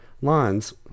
lines